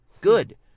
Good